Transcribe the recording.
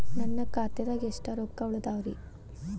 ನನ್ನ ಖಾತೆದಾಗ ಎಷ್ಟ ರೊಕ್ಕಾ ಉಳದಾವ್ರಿ?